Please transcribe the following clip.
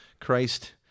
Christ